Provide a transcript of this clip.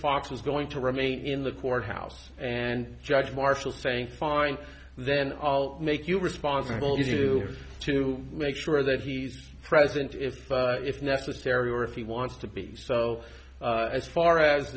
fox is going to remain in the court house and judge marshall saying fine then i'll make you responsible to to make sure that he's present if if necessary or if he wants to be so as far as